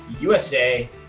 USA